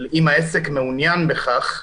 אם העסק מעוניין בכך,